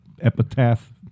epitaph